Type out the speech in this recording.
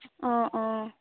অঁ অঁ